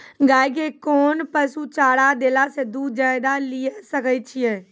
गाय के कोंन पसुचारा देला से दूध ज्यादा लिये सकय छियै?